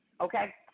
okay